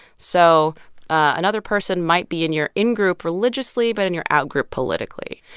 so another person might be in your in-group religiously but in your out-group politically.